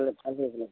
ভাল